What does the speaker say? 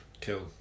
kill